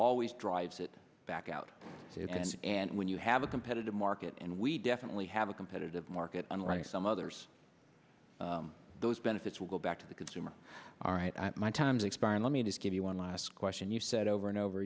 always drives it back out and when you have a competitive market and we definitely have a competitive market unlike some others those benefits will go back to the consumer all right my time's expired let me just give you one last question you said over and over